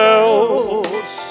else